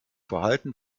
verhalten